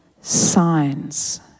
signs